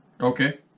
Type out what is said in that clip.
Okay